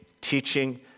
teaching